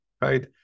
right